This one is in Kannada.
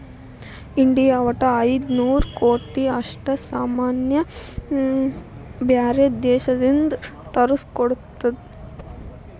ಇಂಡಿಯಾ ವಟ್ಟ ಐಯ್ದ ನೂರ್ ಕೋಟಿ ಅಷ್ಟ ಸಾಮಾನ್ ಬ್ಯಾರೆ ದೇಶದಿಂದ್ ತರುಸ್ಗೊತ್ತುದ್